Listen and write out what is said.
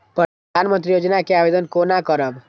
प्रधानमंत्री योजना के आवेदन कोना करब?